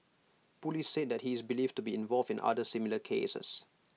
Police said that he is believed to be involved in other similar cases